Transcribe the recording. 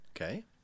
okay